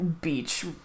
beach